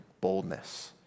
boldness